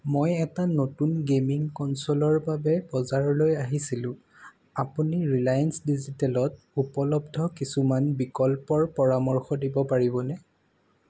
মই এটা নতুন গে'মিং কনছ'লৰ বাবে বজাৰলৈ আহিছোঁ আপুনি ৰিলায়েন্স ডিজিটেলত উপলব্ধ কিছুমান বিকল্পৰ পৰামৰ্শ দিব পাৰিবনে